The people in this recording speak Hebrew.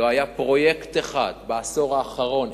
לא היה פרויקט אחד בעשור האחרון,